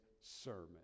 Sermon